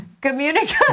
communicate